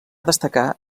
destacar